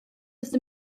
ist